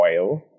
oil